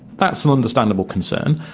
that's an understandable concern,